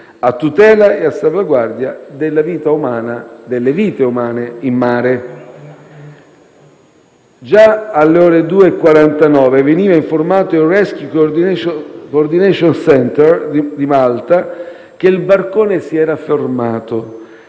a tutela e a salvaguardia delle vite umane in mare. Già alle ore 2,49 veniva informato il Rescue Coordination Centre di Malta che il barcone si era fermato,